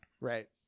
Right